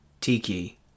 Tiki